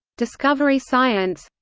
discovery science